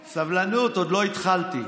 סבלנות, עוד לא התחלתי.